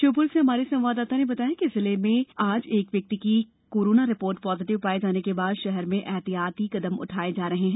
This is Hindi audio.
श्योपुर से हमारे संवाददाता ने बताया है कि जिले में भी आज एक व्यक्ति की कैरोना रिपोर्ट पॉजिटिव पाये जाने के बाद शहर में एहतियाती कदम उठाये जा रहे हैं